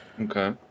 Okay